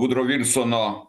vudro vilsono